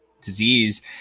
disease